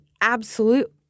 absolute